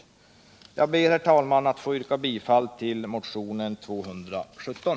Jag ber, herr talman, att få yrka bifall till motionen 217.